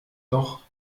doch